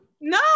No